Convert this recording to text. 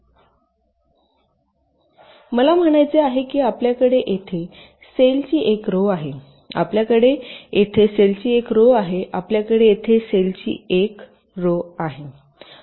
मला म्हणायचे आहे की आपल्याकडे येथे सेलची एक रो आहे आपल्याकडे येथे सेलची एक रो आहे आपल्याकडे येथे पेशींची एक रो आहे